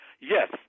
Yes